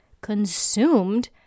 consumed